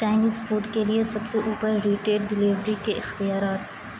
Chinese food کے لیے سب سے اوپر ریٹیڈ ڈیلیوری کے اختیارات